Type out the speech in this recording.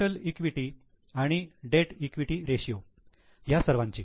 total equity आणि debt equity ratio ह्या सर्वांची